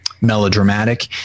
melodramatic